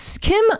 Kim